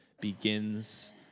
begins